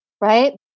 right